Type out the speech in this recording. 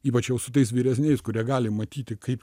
ypač jau su tais vyresniais kurie gali matyti kaip